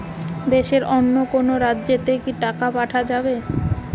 দেশের অন্য কোনো রাজ্য তে কি টাকা পাঠা যাবে?